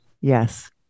Yes